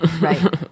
Right